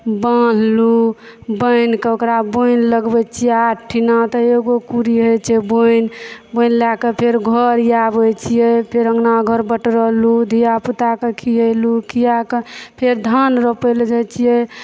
बान्हलहुँ बान्हि कऽ ओकरा बोनि लगबै छियै आठ ठीना तऽ एगो कुड़ी होइ छै बोनि बोनि लए कऽ फेर घर आबै छियै फेर अङ्गना घर बटरलूँ धिया पूताके खीयैलहुँ खीया कऽ फेर धान रोपै लए जाइ छियै